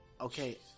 Okay